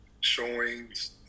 showings